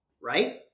right